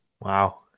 Wow